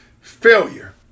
failure